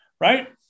right